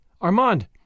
Armand